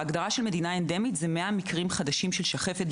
ההגדרה של מדינה אנדמית היא מעל 100 מקרים של שחפת בשנה.